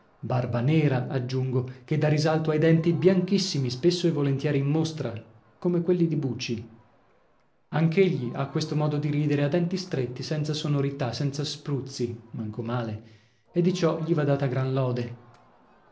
barba nera aggiungo che dà risalto ai denti bianchissimi spesso e volentieri in mostra come quelli di buci anch'egli ha questo modo di ridere a denti stretti senza sonorità senza spruzzi manco male e di ciò gli va data gran lode